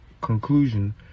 conclusion